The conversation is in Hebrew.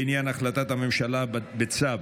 בעניין החלטת הממשלה בצו,